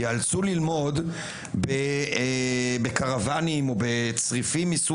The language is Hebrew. ייאלצו ללמוד בקרוואנים או בצריפים.